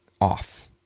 off